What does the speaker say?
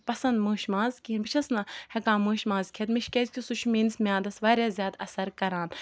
پَسَنٛد مٲشہِ ماز کِہِیٖنۍ بہٕ چھَس نہٕ ہیٚکان مٲشہِ ماز کھیٚتھ مےٚ چھِ کیازکہِ سُہ چھُ میٲنِس میادَس واریاہ زیاد اَثَر کَران